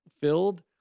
filled